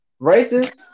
Racist